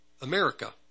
America